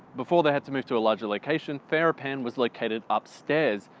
before they had to moved to a larger location ferrara pan was located upstairs,